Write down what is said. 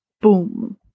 Boom